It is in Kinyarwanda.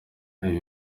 ibi